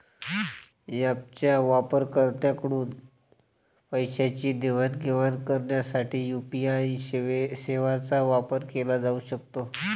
ऍपच्या वापरकर्त्यांकडून पैशांची देवाणघेवाण करण्यासाठी यू.पी.आय सेवांचा वापर केला जाऊ शकतो